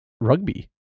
rugby